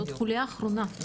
זאת החוליה האחרונה.